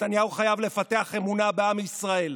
נתניהו חייב לפתח אמונה בעם ישראל,